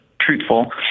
truthful